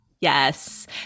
Yes